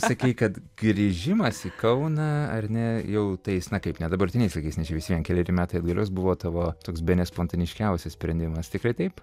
sakei kad grįžimas į kauną ar ne jau tais na kaip ne dabartiniais laikais ne visvien keleri metai atgalios buvo tavo toks bene spontaniškiausias sprendimas tikrai taip